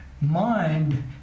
mind